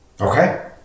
Okay